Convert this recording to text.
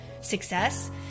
success